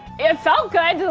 it felt good,